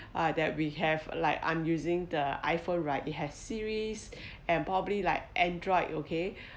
uh that we have like I'm using the iphone right it has siri's and probably like android okay